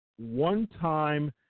one-time